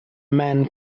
man